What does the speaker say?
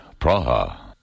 Praha